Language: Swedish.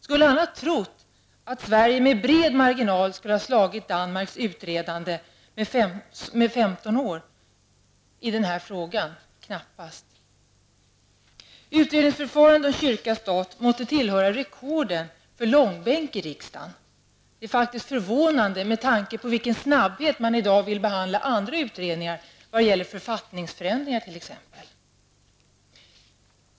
Skulle han ha trott att Sverige med bred marginal skulle ha slagit Danmarks 15 års utredande om frågan? Knappast. Utredningsförfarandet om kyrka--stat måste tillhöra rekorden för långbänk i riksdagen. Det är faktiskt förvånande med tanke på med vilken snabbhet man i dag vill behandla andra utredningar som t.ex. gäller författningsförändringar.